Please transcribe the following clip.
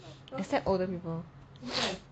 except older people